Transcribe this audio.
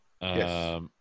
Yes